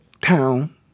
town